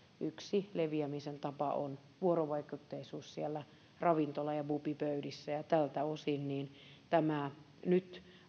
yksi leviämisen tapa on vuorovaikutteisuus siellä ravintola ja pubipöydissä ja niiltä osin tämän nyt